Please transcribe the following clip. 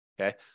okay